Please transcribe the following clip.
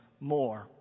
more